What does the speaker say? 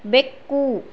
ಬೆಕ್ಕು